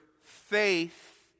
faith